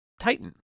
Titan